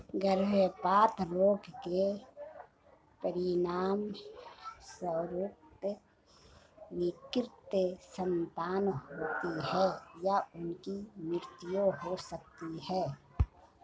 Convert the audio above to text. गर्भपात रोग के परिणामस्वरूप विकृत संतान होती है या उनकी मृत्यु हो सकती है